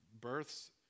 births